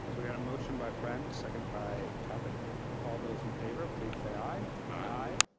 so we had a motion by friend second by caput all those in favor, please say aye. aye.